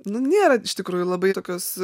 nu nėra iš tikrųjų labai tokios